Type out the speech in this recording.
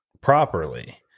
properly